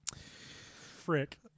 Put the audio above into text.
Frick